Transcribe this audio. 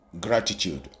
gratitude